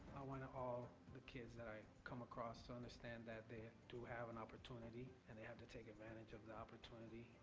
want all the kids that i come across to understand that they have to have an opportunity and they have to take advantage of the opportunity,